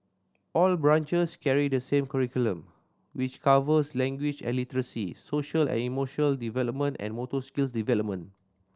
all branches carry the same curriculum which covers language and literacy social and emotional development and motor skills development